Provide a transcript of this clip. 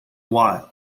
wild